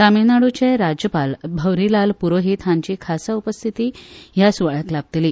तामीळनाड्रचे राज्यपाल भंवरीलाल पुरोहीत हांचीय खासा उपस्थिती ह्या सुवाळ्याक लाभतली